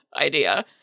idea